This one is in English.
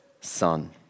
son